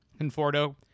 Conforto